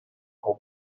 whole